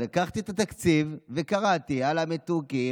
לקחתי את התקציב וקראתי על המתוקים,